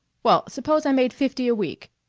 well, suppose i made fifty a week.